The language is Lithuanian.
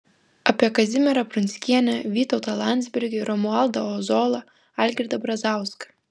apie kazimierą prunskienę vytautą landsbergį romualdą ozolą algirdą brazauską